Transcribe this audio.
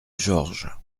georges